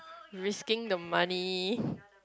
risking the money